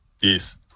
Yes